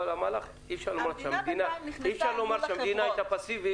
אבל אי-אפשר לומר שהמדינה הייתה פסיבית.